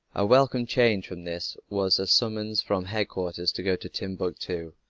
a welcome change from this was a summons from headquarters to go to timbuctoo,